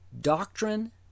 doctrine